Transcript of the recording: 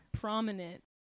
prominent